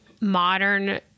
modern